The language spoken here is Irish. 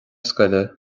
scoile